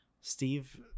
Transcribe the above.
Steve